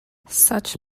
such